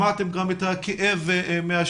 שמעתן גם את הכאב מהשטח,